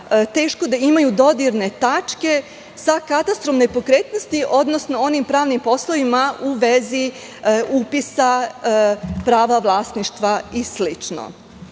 teško da imaju dodirne tačke sa katastrom nepokretnosti, odnosno onim pravnim poslovima u vezi upisa prava vlasništva i